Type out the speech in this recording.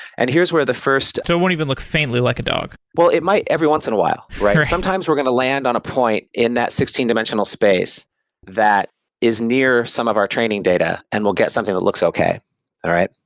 and here is where the first it won't even look faintly like a dog well, it might every once in a while, right? sometimes we're going to land on a point in that sixteen dimensional space that is near some of our training data and we'll get something that looks okay, all right?